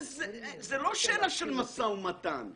זאת לא שאלה של משא ומתן.